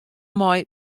mei